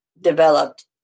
developed